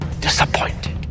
disappointed